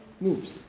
moves